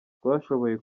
twashoboye